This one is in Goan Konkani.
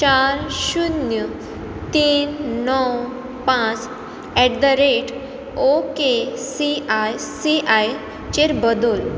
चार शुन्य तीन णव पांच at the rate okay I C I C आयचेर बदल